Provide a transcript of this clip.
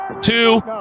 two